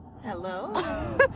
Hello